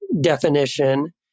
definition